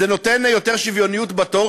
זה נותן יותר שוויוניות בתור,